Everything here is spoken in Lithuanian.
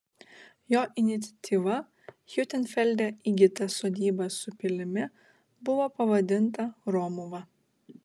jo iniciatyva hiutenfelde įgyta sodyba su pilimi buvo pavadinta romuva